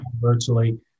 virtually